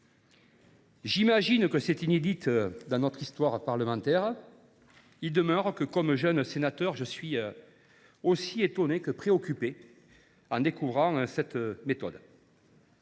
j’imagine, une situation inédite dans notre histoire parlementaire… Il demeure que, comme jeune sénateur, je suis aussi étonné que préoccupé en découvrant cette manière